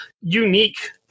unique